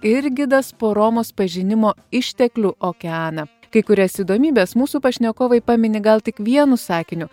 ir gidas po romos pažinimo išteklių okeaną kai kurias įdomybes mūsų pašnekovai pamini gal tik vienu sakiniu